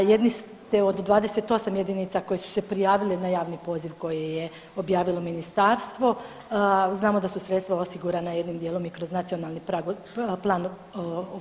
Jedni ste od 28 jedinica koje su se prijavile na javni poziv koji je objavilo ministarstvo, znamo da su sredstva osigurana jednim dijelom i kroz NPOO.